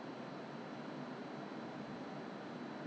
ya lor my face is quite oily considered oily